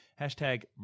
hashtag